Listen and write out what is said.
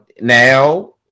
now